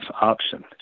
option